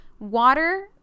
water